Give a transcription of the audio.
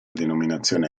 denominazione